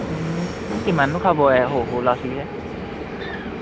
কিমাননো খাব এ সৰু সৰু ল'ৰা ছোৱালীহে